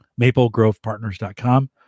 MapleGrovePartners.com